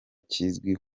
kizwi